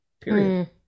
period